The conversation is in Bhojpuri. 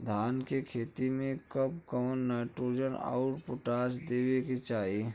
धान के खेती मे कब कब नाइट्रोजन अउर पोटाश देवे के चाही?